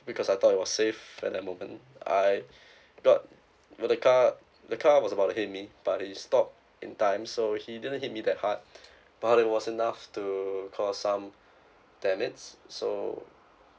because I thought it was safe at that moment I got where the car the car was about to hit me but he stop in time so he didn't hit me that hard but it was enough to cause some damage so